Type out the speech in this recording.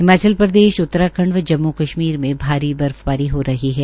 हिमाचल प्रदेश उत्तरांखंड व जम्मू कश्मीर में भारी बर्फबारी हो रही है